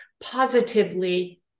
Positively